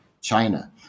China